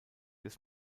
des